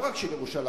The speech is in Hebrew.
לא רק של ירושלים,